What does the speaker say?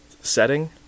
setting